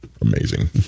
amazing